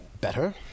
better